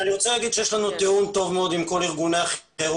אני רוצה להגיד שיש לנו תיאום טוב מאוד עם כל ארגוני החירום.